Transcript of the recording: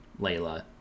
Layla